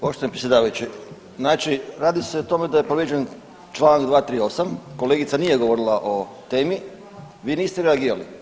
Poštovani predsjedavajući, znači radi se o tome da je povrijeđen Članak 238., kolegica nije govorila o temi, vi niste reagirali.